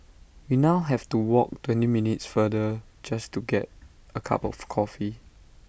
we now have to walk twenty minutes farther just to get A cup of coffee